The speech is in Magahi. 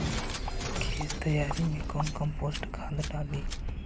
खेत तैयारी मे कौन कम्पोस्ट खाद डाली?